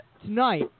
Tonight